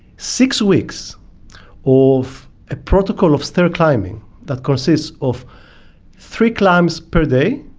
six weeks of a protocol of stair climbing that consists of three climbs per day,